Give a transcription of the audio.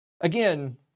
Again